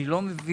אני לא מבין,